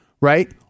Right